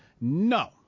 No